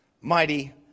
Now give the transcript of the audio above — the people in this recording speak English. mighty